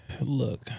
Look